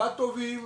בת טובים,